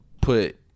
put